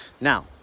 Now